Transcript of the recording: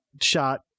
shot